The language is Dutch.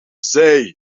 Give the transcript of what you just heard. zee